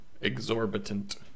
Exorbitant